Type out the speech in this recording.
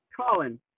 Colin